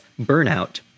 burnout